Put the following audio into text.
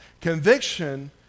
Conviction